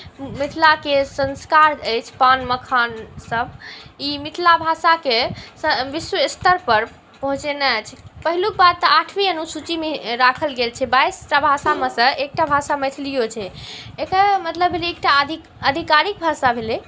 मिथिलाके संस्कार अछि पान मखानसभ ई मिथिला भाषाकेँ विश्व स्तरपर पहुँचेने अछि पहिलुक बात तऽ आठवीँ अनुसूचीमे राखल गेल छै बाइसटा भाषामेसँ एकटा भाषा मैथिलिओ छै एकर मतलब भेलै एकटा अधिकारिक भाषा भेलै